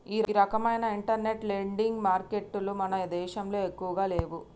ఈ రకవైన internet lending మారికెట్టులు మన దేశంలో ఎక్కువగా లేవు